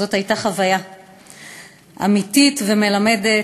זאת הייתה חוויה אמיתית ומלמדת,